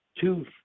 two